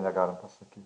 negalim pasakyt